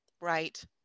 Right